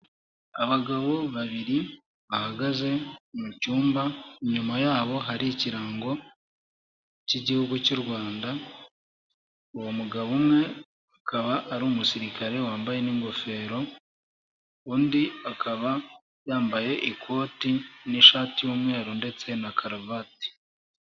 Abagabo babiri bahagaze mu cyumba, inyuma yabo hari ikirango cy'igihugu cy'u Rwanda, uwo mugabo umwe akaba ari umusirikare wambaye n'ingofero, undi akaba yambaye ikoti n'ishati y'umweru ndetse na karuvati.